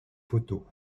photos